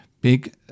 big